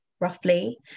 roughly